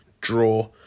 draw